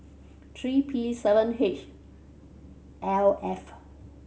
three P seven H L F